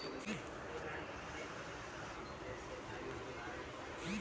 परतेक खातावालानं बँकनं खाता नंबर अलग अलग हास